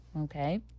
Okay